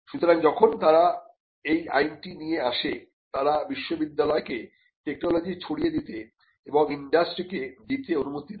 সুতরাং যখন তারা এই আইনটি নিয়ে আসে তারা বিশ্ববিদ্যালয়কে টেকনোলজি ছড়িয়ে দিতে এবং ইন্ডাস্ট্রিকে দিতে অনুমতি দেয়